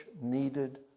needed